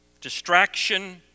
distraction